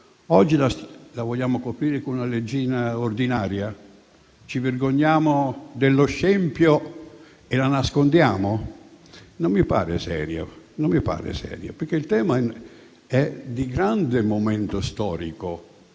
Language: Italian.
Oggi la vogliamo coprire con una leggina ordinaria: ci vergogniamo dello scempio e la nascondiamo? Non mi pare serio, perché il tema è di grande momento storico